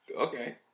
Okay